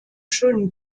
schönen